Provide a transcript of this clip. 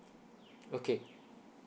okay